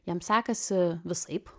jam sekasi visaip